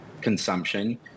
consumption